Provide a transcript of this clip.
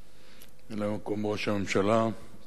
ממלא-מקום ראש הממשלה השר יעלון,